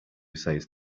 says